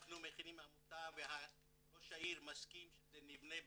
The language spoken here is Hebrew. אנחנו מכינים עמותה וראש העיר מסכים שזה יבנה ברמלה,